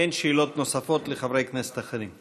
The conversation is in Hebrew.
אין שאלות נוספות לחברי כנסת אחרים.